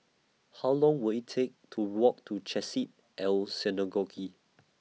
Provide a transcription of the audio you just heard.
How Long Will IT Take to Walk to Chesed El Synagogue